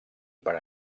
per